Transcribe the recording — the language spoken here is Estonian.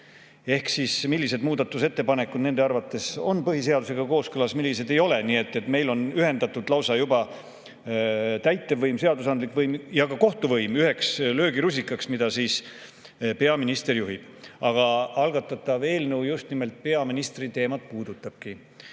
millised muudatusettepanekud nende arvates on põhiseadusega kooskõlas, millised ei ole. Nii et meil on lausa juba täitevvõim, seadusandlik võim ja kohtuvõim ühendatud üheks löögirusikaks, mida juhib peaminister. Aga algatatav eelnõu just nimelt peaministrit puudutabki.